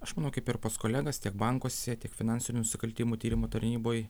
aš manau kaip ir pas kolegas tiek bankuose tiek finansinių nusikaltimų tyrimo tarnyboj